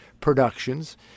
productions